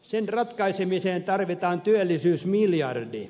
sen ratkaisemiseen tarvitaan työllisyysmiljardi